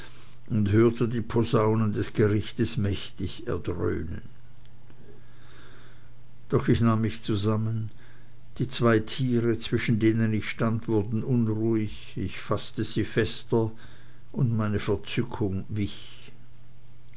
und hörte die posaunen des gerichtes mächtig erdröhnen doch ich nahm mich zusammen die zwei tiere zwischen denen ich stand wurden unruhig ich faßte sie fester und meine verzückung wich